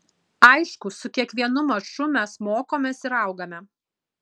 aišku su kiekvienu maču mes mokomės ir augame